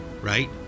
right